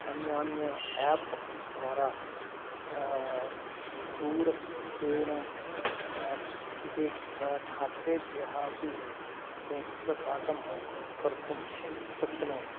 अन्यान्य एप् द्वारा दूरस्थितेन स्थितेभ्यः छात्रेभ्यः अपि संस्कृतपाठं कर्तुं शक्नोमि